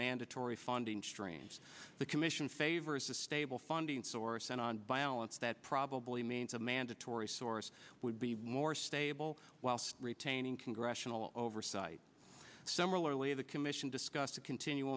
mandatory funding streams the commission favors a stable funding source and on violence that probably means a mandatory source would be more stable whilst retaining congressional oversight similarly the commission discussed a continu